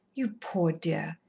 you poor dear!